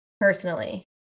Personally